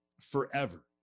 forever